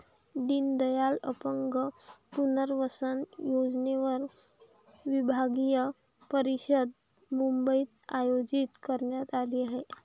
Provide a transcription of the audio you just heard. दीनदयाल अपंग पुनर्वसन योजनेवर विभागीय परिषद मुंबईत आयोजित करण्यात आली आहे